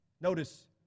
Notice